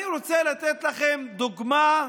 אני רוצה לתת לכם דוגמה,